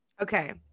Okay